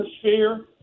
atmosphere